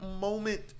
moment